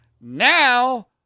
Now